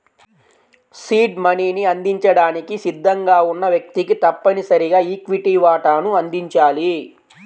seed మనీని అందించడానికి సిద్ధంగా ఉన్న వ్యక్తికి తప్పనిసరిగా ఈక్విటీ వాటాను అందించాలి